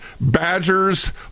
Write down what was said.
badgers